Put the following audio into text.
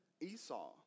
Esau